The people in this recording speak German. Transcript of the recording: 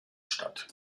statt